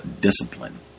discipline